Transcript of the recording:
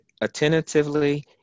attentively